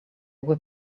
were